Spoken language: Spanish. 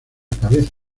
cabeza